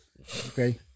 Okay